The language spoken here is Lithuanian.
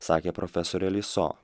sakė profesorė liso